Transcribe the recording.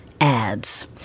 ads